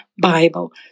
Bible